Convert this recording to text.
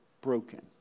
broken